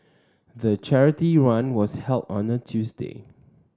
the charity run was held on a Tuesday